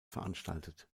veranstaltet